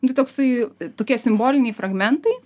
tai toksai tokie simboliniai fragmentai